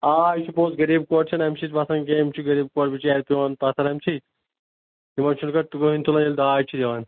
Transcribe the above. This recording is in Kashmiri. آ یہِ چھُ پوٚز غریب کورِ چھَنہٕ اَمہِ سۭتۍ وَسان کینہہ أمِس چھِ غریب کورِ بِچارِ پٮ۪وان پَتھر اَمہِ سۭتۍ ییٚلہِ داج چھِ دِوان